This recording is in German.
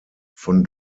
von